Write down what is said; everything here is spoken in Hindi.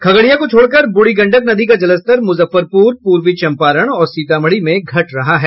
खगड़िया को छोड़कर ब्रूढ़ी गंडक नदी का जलस्तर मुजफ्फरपुर पूर्वी चम्पारण और सीतामढ़ी में घट रहा है